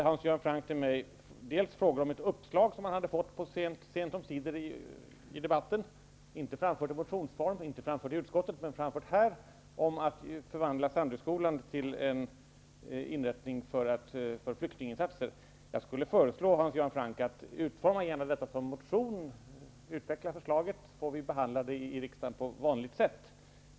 Hans Göran Franck ställde till mig frågor om ett uppslag som han hade fått på ett sent stadium -- inte framförda i motionsform, inte framförda i utskottet men framförda här i debatten -- om att förvandla Jag skulle föreslå Hans Göran Franck att utforma detta som en motion, utveckla förslaget och låta oss behandla det på vanligt sätt i riksdagen.